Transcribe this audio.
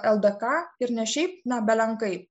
ldk ir ne šiaip na belenkaip